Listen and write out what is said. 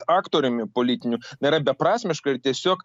aktoriumi politiniu na yra beprasmiška ir tiesiog